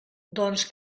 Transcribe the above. doncs